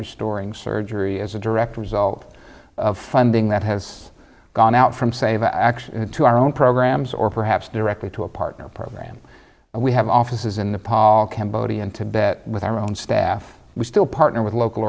restoring surgery as a direct result of funding that has gone out from save actually to our own programs or perhaps directly to a partner program and we have offices in the paul cambodian tibet with our own staff we still partner with local